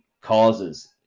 causes